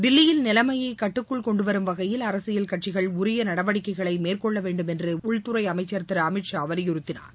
தில்லியில் நிலைமயை கட்டுக்குள் கொண்டுவரும் வகையில் அரசியல் கட்சிகள் உரிய நடவடிக்கைகளை மேற்கொள்ள வேண்டும் என்று உள்துறை அமைச்சர் திரு அமித் ஷா வலியுறத்தினார்